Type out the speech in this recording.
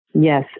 Yes